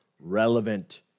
relevant